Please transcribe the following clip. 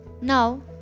Now